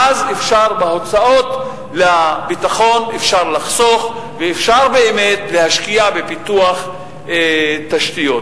ואז אפשר לחסוך בהוצאות לביטחון ואפשר באמת להשקיע בפיתוח תשתיות.